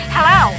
Hello